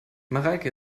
mareike